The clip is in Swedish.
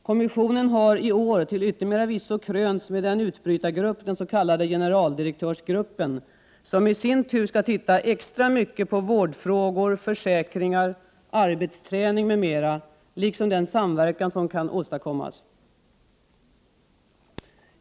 Kommissionen har i år till yttermera visso krönts med en utbrytargrupp, den s.k. generaldirektörsgruppen, som i sin tur skall titta extra mycket på vårdfrågor, försäkringar, arbetsträning m.m. liksom på den samverkan som kan åstadkommas.